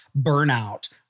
burnout